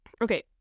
Okay